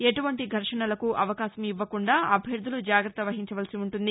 ఎటువంటి ఘర్షణలకు అవకాశం ఇవ్వకుండా అభ్యర్థులు జాగ్రత్త వహించవలసి ఉంటుంది